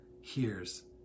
hears